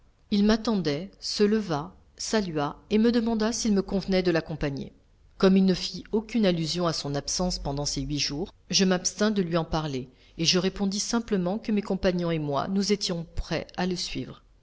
il m'attendait se leva salua et me demanda s'il me convenait de l'accompagner comme il ne fit aucune allusion à son absence pendant ces huit jours je m'abstins de lui en parler et je répondis simplement que mes compagnons et moi nous étions prêts à le suivre